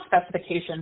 specification